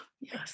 Yes